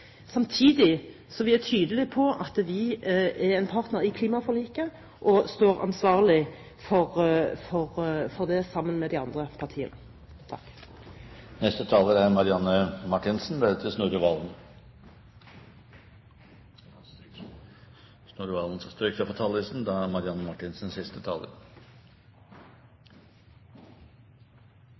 samtidig være tydelige på at vi er en partner i klimaforliket og står ansvarlig for det sammen med de andre partiene. Det er